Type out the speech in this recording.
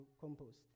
compost